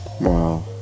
Wow